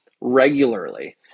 regularly